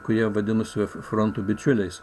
kurie vadinosi fronto bičiuliais